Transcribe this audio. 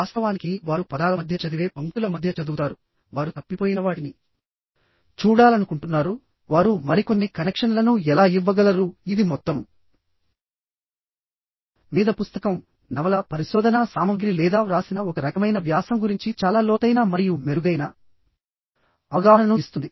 వాస్తవానికి వారు పదాల మధ్య చదివే పంక్తుల మధ్య చదువుతారువారు తప్పిపోయిన వాటిని చూడాలనుకుంటున్నారు వారు మరికొన్ని కనెక్షన్లను ఎలా ఇవ్వగలరు ఇది మొత్తం మీద పుస్తకం నవల పరిశోధనా సామగ్రి లేదా వ్రాసిన ఒక రకమైన వ్యాసం గురించి చాలా లోతైన మరియు మెరుగైన అవగాహనను ఇస్తుంది